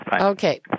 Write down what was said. Okay